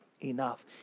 enough